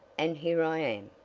and here i am!